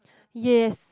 yes